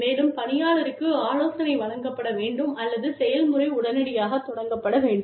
மேலும் பணியாளருக்கு ஆலோசனை வழங்கப்பட வேண்டும் அல்லது செயல்முறை உடனடியாக தொடங்கப்பட வேண்டும்